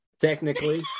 technically